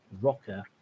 rocker